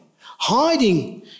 hiding